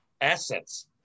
assets